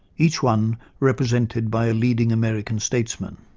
each one represented by a leading american statesman.